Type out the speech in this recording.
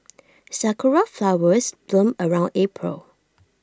Sakura Flowers bloom around April